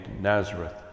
Nazareth